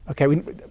Okay